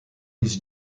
his